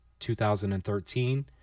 2013